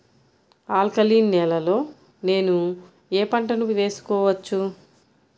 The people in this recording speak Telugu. ఆల్కలీన్ నేలలో నేనూ ఏ పంటను వేసుకోవచ్చు?